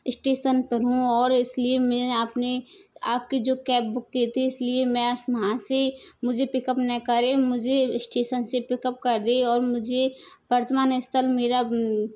station पर हूँ और इसलिए मैं अपनी आपकी जो केब बुक की थी इसलिए मैं वहाँ से मुझे पिकअप ना करे मुझे स्टेशन से पिकअप कर दे और मुझे वर्तमान स्थल मेरा